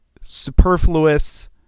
superfluous